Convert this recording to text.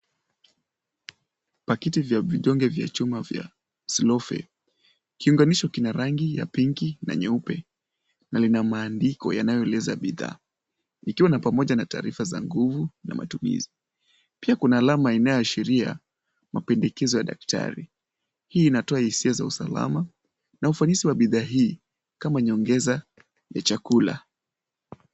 Pakiti vya vidonge vya chuma ya Slow Fe . Kiunganisho kina rangi ya pinki na nyeupe na lina maandiko yanayoeleza bidhaa. Ikiwa na pamoja na taarifa za nguvu na matumizi. Pia kuna alama inayoashiria mapendekezo ya daktari. Hii inatoa hisia za usalama na ufanisi wa bidhaa hii kama nyongeza ya chakula.